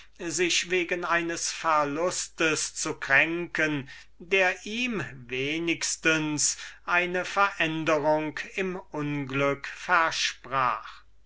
sich wegen eines verlusts zu kränken der ihm wenigstens eine veränderung im unglück versprach